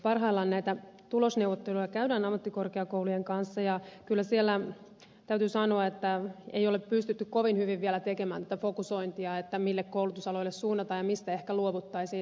parhaillaan näitä tulosneuvotteluja käydään ammattikorkeakoulujen kanssa ja kyllä siellä täytyy sanoa ei ole pystytty kovin hyvin vielä tekemään tätä fokusointia mille koulutusaloille suunnataan ja mistä ehkä luovuttaisiin